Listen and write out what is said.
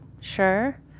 sure